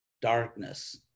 Darkness